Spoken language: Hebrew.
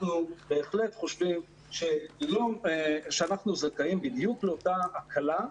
אנחנו בהחלט חושבים שאנחנו זכאים בדיוק לאותה הקלה.